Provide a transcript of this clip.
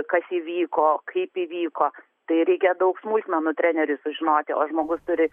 kas įvyko kaip įvyko tai reikia daug smulkmenų treneriui sužinoti o žmogus turi